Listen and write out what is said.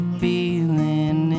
feeling